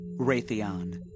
Raytheon